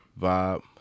vibe